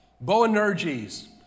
Boanerges